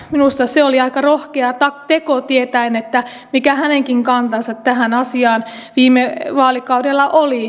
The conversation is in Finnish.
minusta se oli aika rohkea teko tietäen mikä hänenkin kantansa tähän asiaan viime vaalikaudella oli